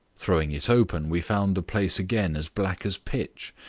throwing it open we found the place again as black as pitch.